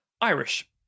Irish